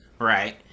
Right